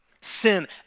Sin